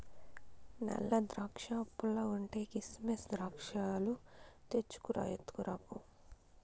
నల్ల ద్రాక్షా పుల్లగుంటే, కిసిమెస్ ద్రాక్షాలు తెచ్చుకు రా, ఎత్తుకురా పో